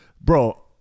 bro